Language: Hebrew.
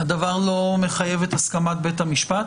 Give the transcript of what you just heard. הדבר לא מחייב את הסכמת בית המשפט?